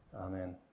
Amen